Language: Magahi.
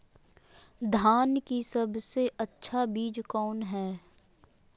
धान की सबसे अच्छा बीज कौन है?